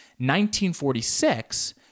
1946